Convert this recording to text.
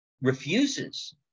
refuses